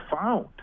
found